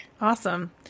Awesome